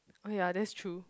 oh ya that's true